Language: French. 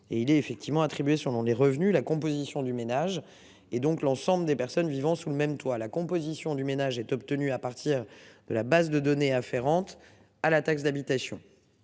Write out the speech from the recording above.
et il est effectivement attribués selon les revenus. La composition du ménage. Et donc l'ensemble des personnes vivant sous le même toit. La composition du ménage est obtenu à partir de la base de données afférentes à la taxe d'habitation.